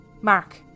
Mark